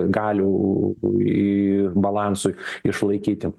galių į balansui išlaikyti